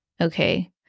okay